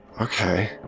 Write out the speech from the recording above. Okay